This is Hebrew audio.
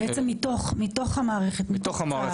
מתוך המערכת, מתוך צה"ל?